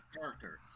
character